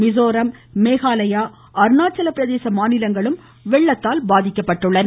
மிசோரம் மேகாலயா அருணாச்சலப்பிரதேச மாநிலங்களும் வெள்ளத்தால் பாதிக்கப்பட்டுள்ளன